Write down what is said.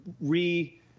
re